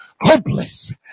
hopeless